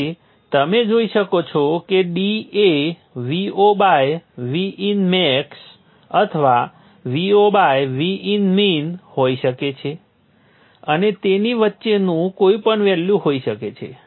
તેથી તમે જોઈ શકો છો કે d એ Vo Vin max અથવા Vo Vin min હોઈ શકે છે અને તેની વચ્ચેનું કોઈપણ વેલ્યુ હોઈ શકે છે